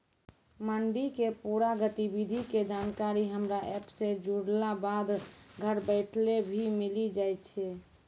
मंडी के पूरा गतिविधि के जानकारी हमरा एप सॅ जुड़ला बाद घर बैठले भी मिलि जाय छै